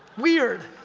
weird!